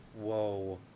Whoa